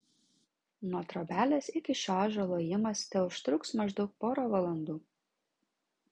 nuo trobelės iki šio ąžuolo ėjimas teužtruks maždaug porą valandų